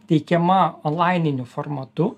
teikiama onlaininiu formatu